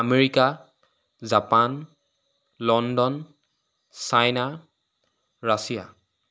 America Japan London China Russia